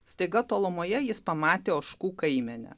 staiga tolumoje jis pamatė ožkų kaimenę